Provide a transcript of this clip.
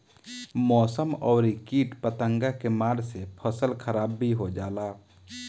मौसम अउरी किट पतंगा के मार से फसल खराब भी हो जाला